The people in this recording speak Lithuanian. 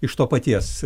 iš to paties